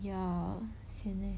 ya sian leh